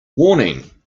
warning